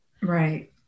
Right